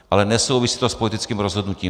Ale nesouvisí to s politickým rozhodnutím.